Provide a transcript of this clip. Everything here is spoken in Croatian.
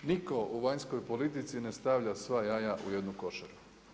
Nitko u vanjskoj politici ne stavlja sva jaja u jednu košaru.